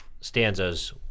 stanzas